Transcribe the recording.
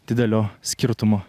didelio skirtumo